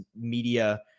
media